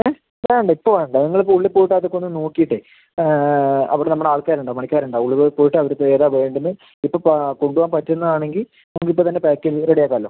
ഏ വേണ്ട ഇപ്പം വേണ്ട നിങ്ങൾ ഇപ്പം ഉള്ളിൽ പോയിട്ട് അത് ഒക്കെ ഒന്ന് നോക്കിയിട്ട് അവിടെ നമ്മളുടെ ആൾക്കാര് ഉണ്ടാകും പണിക്കാര് ഉണ്ടാകും ഉള്ളില് പോയിട്ട് അവർക്ക് ഏതാ വേണ്ടുന്നത് ഇപ്പം കൊണ്ട് പോവാൻ പറ്റുന്നത് ആണെങ്കിൽ അത് ഇപ്പം തന്നെ പാക്ക് ചെയ്ത് റെഡി ആക്കാമല്ലോ